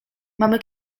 mamy